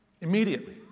Immediately